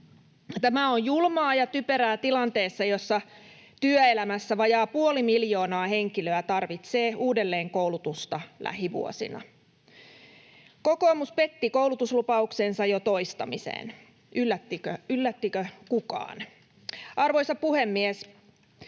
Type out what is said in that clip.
Tämä on julmaa ja typerää tilanteessa, jossa työelämässä vajaa puoli miljoonaa henkilöä tarvitsee uudelleenkoulutusta lähivuosina. Kokoomus petti koulutuslupauksensa jo toistamiseen. Yllättyikö kukaan? Arvoisa puhemies!